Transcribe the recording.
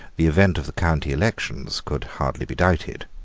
the event of the county elections could hardly be doubted.